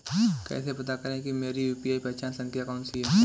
कैसे पता करें कि मेरी यू.पी.आई पहचान संख्या कौनसी है?